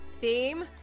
theme